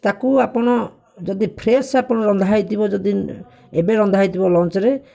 ତାକୁ ଆପଣ ଯଦି ଫ୍ରେଶ ଆପଣ ରନ୍ଧା ହୋଇଥିବ ଯଦି ଏବେ ରନ୍ଧା ହୋଇଥିବ ଲଞ୍ଚରେ